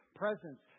presence